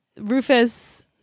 Rufus